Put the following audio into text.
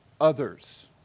others